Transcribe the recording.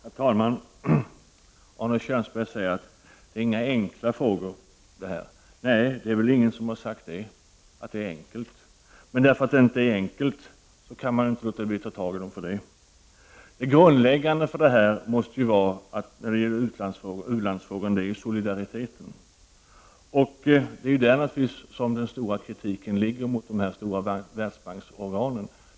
Herr talman! Arne Kjörnsberg säger att detta inte är några enkla frågor. Nej, det är väl ingen som har sagt att det är enkla frågor. Men man kan inte låta bli att ta tag i dem enbart på grund av att de inte är enkla. Det grundläggande när det gäller u-landsfrågor är solidariteten. Och det är naturligtvis i fråga om detta som den stora kritiken finns mot de stora världsbanksorga nen.